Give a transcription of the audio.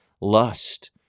lust